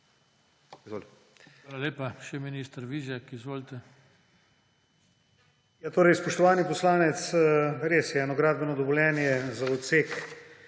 izvolite.